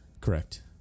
Correct